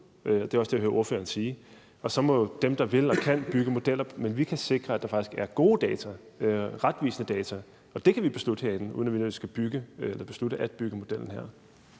Det er også det, jeg hører ordføreren sige. Og så må dem, der vil og kan, bygge modeller. Men vi kan sikre, at der faktisk er gode data og retvisende data, og det kan vi beslutte herinde, uden at vi nødvendigvis skal beslutte at bygge modellen her.